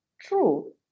true